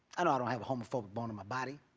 i don't don't have a homophobic bone in my body.